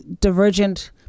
divergent